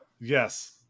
Yes